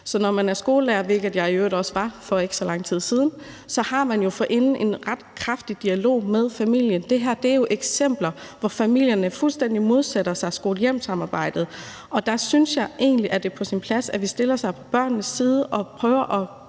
Når man er skolelærer, hvilket jeg i øvrigt også var for ikke så lang tid siden, så har man jo forinden en ret kraftig dialog med familien. Det her er jo eksempler, hvor familierne fuldstændig modsætter sig skole-hjem-samarbejdet, og der synes jeg egentlig, at det er på sin plads, at vi stiller os på børnenes side og prøver at